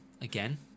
again